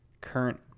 current